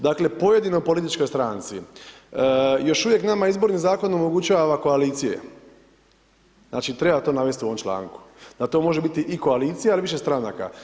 Dakle, pojedinoj političkoj stranci, još uvijek nama izborni Zakon omogućava koalicije, znači, treba to navesti u ovom članku, da to može biti i koalicija, ali i više stranaka.